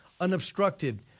unobstructed